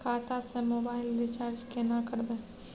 खाता स mobile recharge केना करबे?